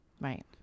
Right